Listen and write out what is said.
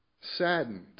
saddened